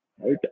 right